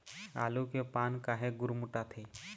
आलू के पान काहे गुरमुटाथे?